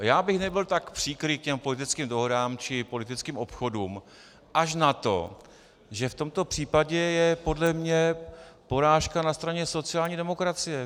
Já bych nebyl tak příkrý k politickým dohodám či politickým obchodům, až na to, že v tomto případě je podle mě porážka na straně sociální demokracie.